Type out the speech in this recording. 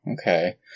Okay